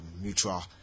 mutual